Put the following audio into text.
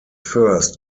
first